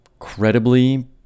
incredibly